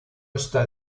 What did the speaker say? está